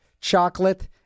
chocolate